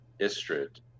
Istrid